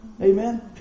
Amen